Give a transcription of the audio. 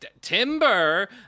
Timber